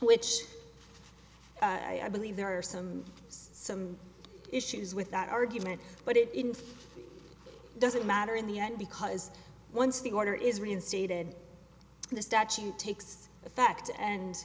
which i believe there are some some issues with that argument but it isn't doesn't matter in the end because once the order is reinstated and the statute takes effect and